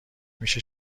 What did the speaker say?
میشه